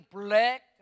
black